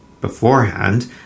beforehand